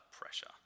pressure